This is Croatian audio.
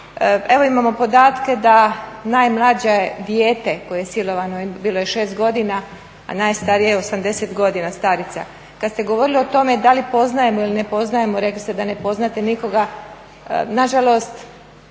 Evo, imamo podatke da najmlađe dijete koje je silovano, bilo je 6 godina, a najstarije 80 godina, starica. Kad ste govorili o tome da li poznajemo ili ne poznajemo, rekli ste da ne poznate nikoga, nažalost,